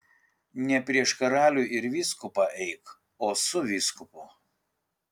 ne prieš karalių ir vyskupą eik o su vyskupu